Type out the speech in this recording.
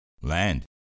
Land